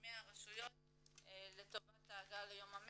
מהרשויות לטובת ההגעה ליום ה-100,